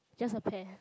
just a pear